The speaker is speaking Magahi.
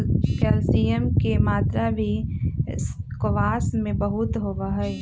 कैल्शियम के मात्रा भी स्क्वाश में बहुत होबा हई